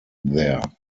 there